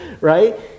right